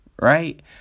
right